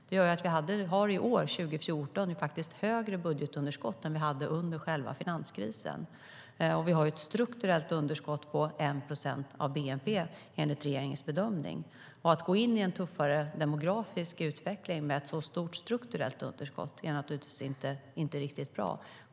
Det har gjort att vi i år har större budgetunderskott än vi hade under själva finanskrisen. Vi har ett strukturellt underskott på 1 procent av bnp, enligt regeringens bedömning. Att gå in i en tuffare demografisk utveckling med ett så stort strukturellt underskott är naturligtvis inte riktigt bra.